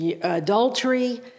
adultery